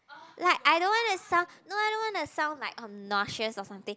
like I don't wanna sound no I don't wanna sound like obnoxious or something